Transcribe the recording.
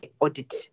audit